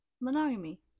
monogamy